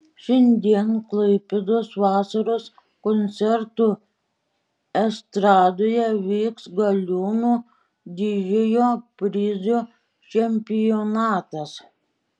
šiandien klaipėdos vasaros koncertų estradoje vyks galiūnų didžiojo prizo čempionatas